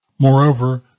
Moreover